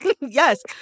yes